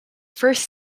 first